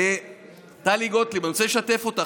טלי גוטליב, אני רוצה לשתף אותך.